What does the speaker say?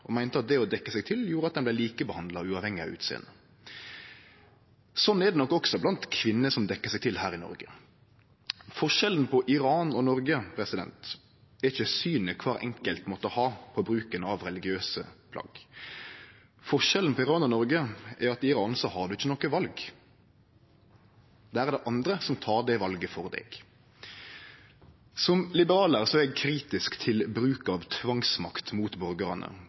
og meinte at det å dekkje seg til gjorde at dei vart likebehandla, uavhengig av utsjånad. Sånn er det nok også blant kvinner som dekkjer seg til her i Noreg. Forskjellen på Iran og Noreg er ikkje synet som kvar enkelt måtte ha på bruken av religiøse plagg. Forskjellen på Iran og Noreg er at ein i Iran ikkje har noko val. Der er det andre som tek det valet for deg. Som liberalar er eg kritisk til bruk av tvangsmakt mot borgarane